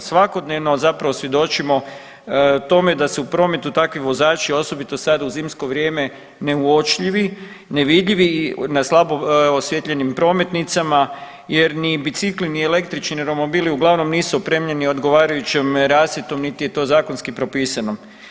Svakodnevno zapravo svjedočimo tome da se u prometu takvi vozači osobito sada u zimsko vrijeme neuočljivi, nevidljivi i na slabo osvijetljenim prometnicama jer ni bicikli, ni električni automobili uglavnom nisu opremljeni odgovarajućom rasvjetom niti je to zakonski propisano.